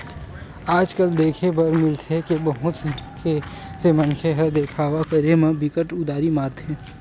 आज कल देखे बर मिलथे के बहुत से मनखे ह देखावा करे म बिकट उदारी मारथे